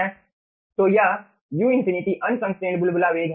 तो यह U infinity unconstrained बुलबुला वेग है